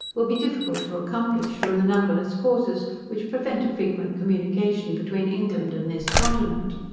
will be difficult to accomplish, from the numberless causes which prevent a frequent communication between england and this continent.